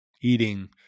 eating